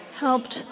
helped